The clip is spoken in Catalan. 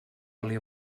oli